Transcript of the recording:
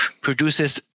produces